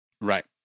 right